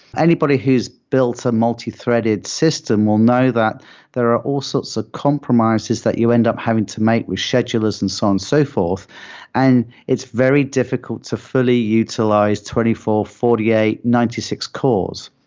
anybody who's built a multithreaded system will know that there are all sorts of comprises that you end up having to make with schedulers and so on and so forth and it's very difficult to fully utilize twenty four, forty eight, ninety six cores.